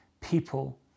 people